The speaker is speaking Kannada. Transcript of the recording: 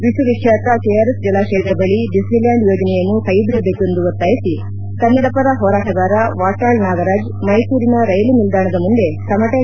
ವಿಶ್ವ ವಿಖ್ಯಾತ ಕೆಆರ್ಎಸ್ ಜಲಾಶಯದ ಬಳಿ ಡಿಸ್ನಿ ಲ್ಯಾಂಡ್ ಯೋಜನೆಯನ್ನು ಕ್ಷೆಬಿಡಬೇಕೆಂದು ಒತ್ತಾಯಿಸಿ ಕನ್ನಡ ಪರ ಹೋರಾಟಗಾರ ವಾಟಾಳ್ ನಾಗರಾಜ್ ಮೈಸೂರಿನ ರೈಲು ನಿಲ್ದಾಣದ ಮುಂದೆ ತಮಟೆ ಚಳುವಳಿ ನಡೆಸಿದರು